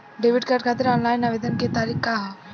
Debit card खातिर online आवेदन के का तरीकि ह?